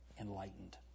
enlightened